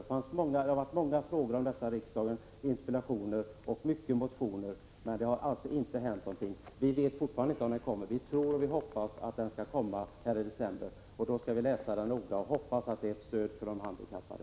Det har förekommit många frågor, interpellationer och motioner om detta i riksdagen, men det har inte hänt någonting. Vi vet fortfarande inte om det kommer något förslag. Vi tror och vi hoppas att utredningsförslaget skall komma i december. Vi skall läsa det noga, och jag hoppas att det innebär ett stöd för de handikappade.